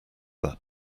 that